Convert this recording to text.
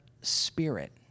Spirit